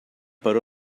per